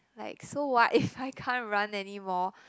like so what if I can't run anymore